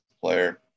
player